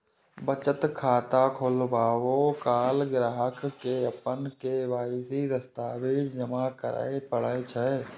बचत खाता खोलाबै काल ग्राहक कें अपन के.वाई.सी दस्तावेज जमा करय पड़ै छै